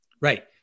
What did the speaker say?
right